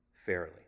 Fairly